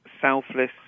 selfless